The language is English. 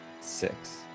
six